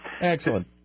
excellent